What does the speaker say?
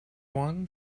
one